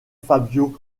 fabio